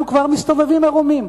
אנחנו כבר מסתובבים עירומים,